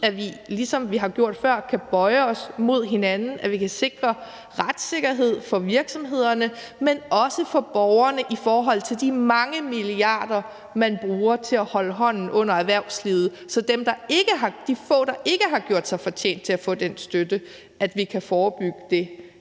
at vi, ligesom vi har gjort før, kan bøje os mod hinanden; og at vi kan sikre retssikkerheden for virksomhederne, men også for borgerne i forhold til de mange milliarder, man bruger til at holde hånden under erhvervslivet, så vi kan forebygge, at de få, der ikke har gjort sig fortjent til at få den støtte, ikke får det